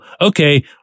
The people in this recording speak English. Okay